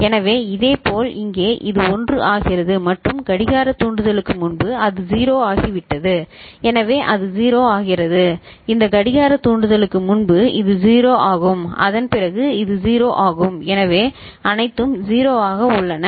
எனவே இதேபோல் இங்கே இது 1 ஆகிறது மற்றும் கடிகார தூண்டுதலுக்கு முன்பு அது 0 ஆகிவிட்டது எனவே அது 0 ஆகிறது இந்த கடிகார தூண்டுதலுக்கு முன்பு இது 1 ஆகும் அதன் பிறகு இது 0 ஆகும் எனவே அனைத்தும் 0 ஆக உள்ளன